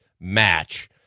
match